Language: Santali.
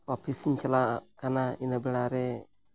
ᱚᱯᱷᱤᱥᱤᱧ ᱪᱟᱞᱟᱜ ᱠᱟᱱᱟ ᱤᱱᱟᱹ ᱵᱮᱲᱟᱨᱮ